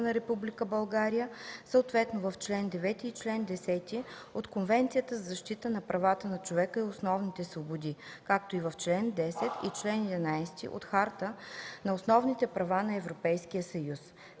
на Република България, съответно в чл. 9 и чл. 10 от Конвенцията за защита на правата на човека и основните свободи, както и в чл. 10 и чл. 11 от Хартата на основните права на Европейския съюз),